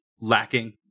lacking